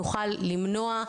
נוכל למנוע,